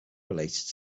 related